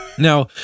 Now